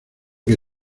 que